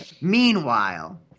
meanwhile